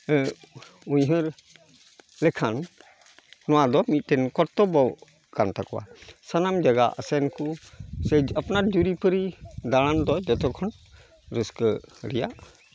ᱥᱮ ᱩᱭᱦᱟᱹᱨ ᱞᱮᱠᱷᱟᱱ ᱱᱚᱣᱟ ᱫᱚ ᱢᱤᱫᱴᱮᱱ ᱠᱚᱨᱛᱚᱵᱵᱚ ᱠᱟᱱᱛᱟᱠᱚᱣᱟ ᱥᱟᱱᱟᱢ ᱡᱟᱭᱜᱟ ᱥᱮ ᱱᱩᱠᱩ ᱥᱮ ᱟᱯᱱᱟᱨ ᱡᱩᱨᱤᱼᱯᱟᱨᱤ ᱫᱟᱬᱟᱱ ᱫᱚ ᱡᱚᱛᱚ ᱠᱷᱚᱱ ᱨᱟᱹᱥᱠᱟᱹ ᱨᱮᱭᱟᱜ